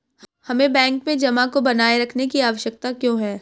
हमें बैंक में जमा को बनाए रखने की आवश्यकता क्यों है?